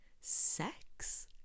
sex